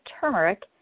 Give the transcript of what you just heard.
turmeric